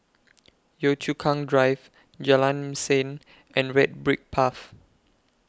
Yio Chu Kang Drive Jalan Mesin and Red Brick Path